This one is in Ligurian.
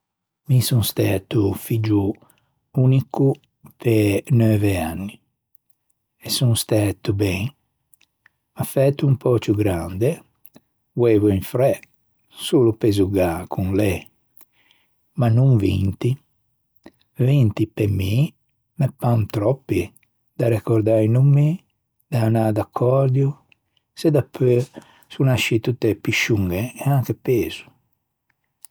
Mi son stæto figgio unico pe neuve anni e son stæto ben, ma fæto un pö ciù grande, voeivo un fræ solo pe zugâ con lê ma no vinti. Vinti pe mi me pan tròppi de recordâ i nommi e anâ d'accòrdio. Se dapeu son nasciue tutte piscioñe é anche pezo.